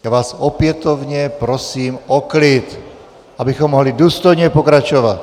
Já vás opětovně prosím o klid, abychom mohli důstojně pokračovat.